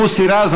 מוסי רז,